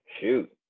Shoot